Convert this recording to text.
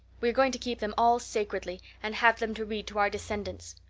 we are going to keep them all sacredly and have them to read to our descendants.